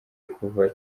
kuva